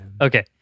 Okay